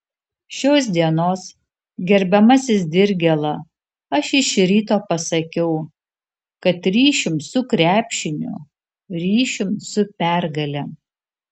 šios dienos gerbiamasis dirgėla aš iš ryto pasakiau kad ryšium su krepšiniu ryšium su pergale